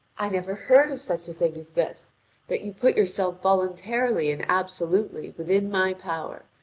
i never heard of such a thing as this that you put yourself voluntarily and absolutely within my power,